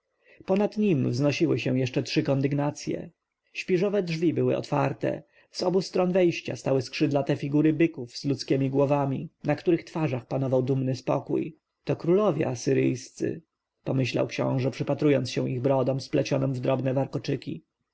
ponad nim wznosiły się jeszcze trzy kondygnacje śpiżowe drzwi były otwarte z obu stron wejścia stały skrzydlate figury byków z ludzkiemi głowami na których twarzach panował dumny spokój to królowie asyryjscy pomyślał książę przypatrując się ich brodom splecionym w drobne warkoczyki